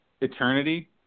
eternity